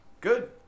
Good